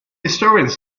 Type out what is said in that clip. historians